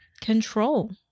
control